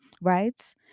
Right